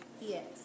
yes